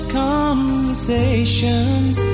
conversations